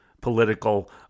political